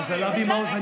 לא סיפרת על אבי מעוז,